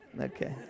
Okay